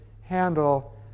handle